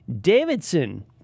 Davidson